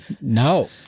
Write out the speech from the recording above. No